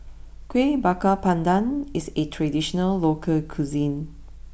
Kueh Bakar Pandan is a traditional local cuisine